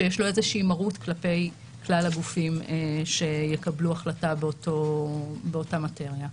שיש לו איזושהי מרות כלפי כלל הגופים שיקבלו החלטה באותה מטריה.